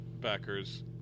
backers